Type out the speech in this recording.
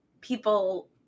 people